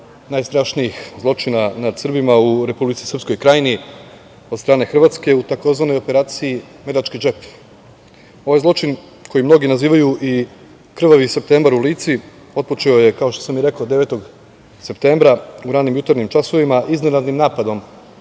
najstrašnijih zločina nad Srbima u Republici Srpskoj Krajini od strane Hrvatske u tzv. operaciji „Medački džep“.Ovaj zločin koji mnogi nazivaju „Krvavi septembar u Lici“ otpočeo je, kao što sam i rekao, 9. septembra u ranim jutarnjim časovima iznenadnim napadom